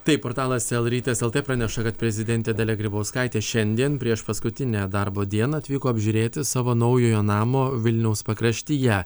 taip portalas el rytas lt praneša kad prezidentė dalia grybauskaitė šiandien prieš paskutinę darbo dieną atvyko apžiūrėti savo naujojo namo vilniaus pakraštyje